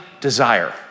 desire